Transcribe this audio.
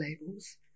labels